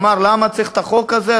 אמר: למה צריך את החוק הזה?